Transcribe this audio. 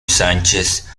sánchez